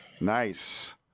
Nice